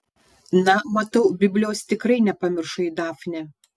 na matau biblijos tikrai nepamiršai dafne